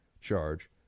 charge